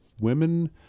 women